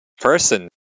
person